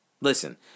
Listen